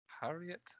Harriet